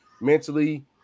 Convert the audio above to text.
mentally